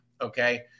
Okay